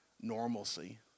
normalcy